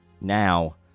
Now